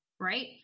right